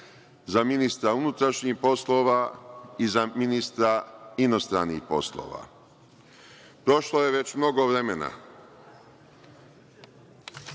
za ministra unutrašnjih poslova i za ministra inostranih poslova. Prošlo je već mnogo vremena,